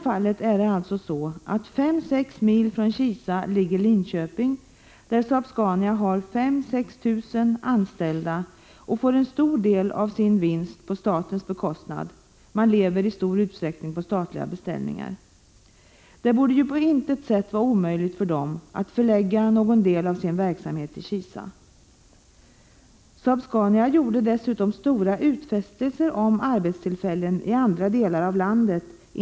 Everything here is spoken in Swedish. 5-6 mil från Kisa ligger Linköping, där Saab-Scania har 5 000-6 000 anställda. Företaget får en stor del av sin vinst på statens bekostnad. Man lever i stor utsträckning på statliga beställningar. Det borde på intet sätt vara omöjligt att förlägga en del av verksamheten till Kisa. Saab-Scania gjorde dessutom inför JAS-beslutet stora utfästelser om arbetstillfällen i andra delar av landet.